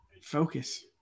Focus